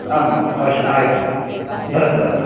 आं महोदय अवश्य आगच्छामि महो भरद्वाजः